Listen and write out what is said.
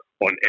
on